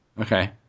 Okay